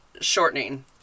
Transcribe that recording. shortening